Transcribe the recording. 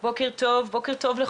בוקר טוב לכולם.